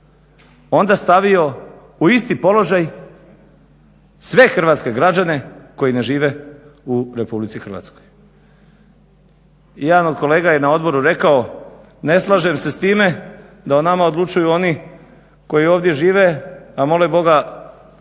onda stavio u isti položaj sve hrvatske građane koji ne žive u Republici Hrvatskoj. Jedan od kolega je na odboru rekao ne slažem se s time da o nama odlučuju oni koji ovdje žive, a mole Boga